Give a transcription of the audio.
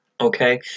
okay